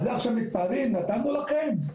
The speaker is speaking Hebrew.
על זה עכשיו מתפארים נתנו לכם?